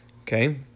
okay